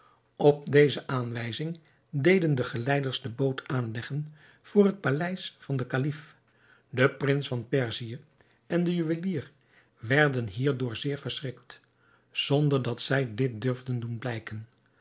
op deze aanwijzing deden de geleiders de boot aanleggen voor het paleis van den kalif de prins van perzië en de juwelier werden hierdoor zeer verschrikt zonder dat zij dit durfden doen blijken